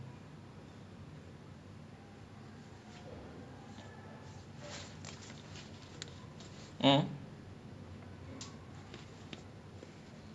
ya dude I was really interested in badminton up until maybe like four~ fourteen fifteen until then I always used to like every sunday with my dad and his friend go play badminton